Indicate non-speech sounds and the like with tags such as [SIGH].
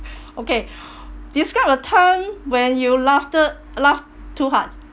[BREATH] okay describe a time when you laughter laugh too hard